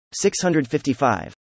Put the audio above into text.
655